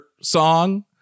song